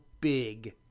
big